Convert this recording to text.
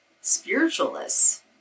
spiritualists